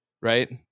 right